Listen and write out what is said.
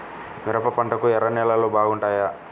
మిరప పంటకు ఎర్ర నేలలు బాగుంటాయా?